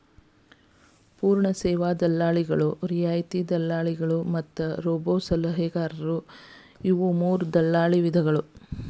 ಪೂರ್ಣ ಸೇವಾ ದಲ್ಲಾಳಿಗಳು, ರಿಯಾಯಿತಿ ದಲ್ಲಾಳಿಗಳು ಮತ್ತ ರೋಬೋಸಲಹೆಗಾರರು ಇವು ಮೂರೂ ದಲ್ಲಾಳಿ ವಿಧಗಳ